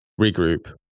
regroup